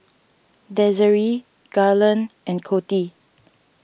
Desiree Garland and Coty